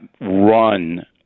run